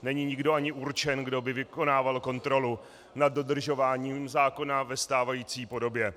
Není nikdo ani určen, kdo by vykonával kontrolu nad dodržováním zákona ve stávající podobě.